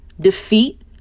defeat